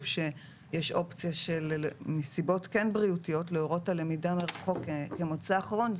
שיש אופציה מסיבות בריאותיות להורות על למידה מרחוק כמוצא אחרון.